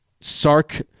Sark